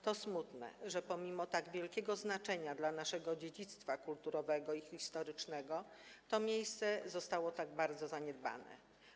To smutne, że pomimo tak wielkiego znaczenia dla naszego dziedzictwa kulturowego i historycznego, to miejsce zostało tak bardzo zaniedbane.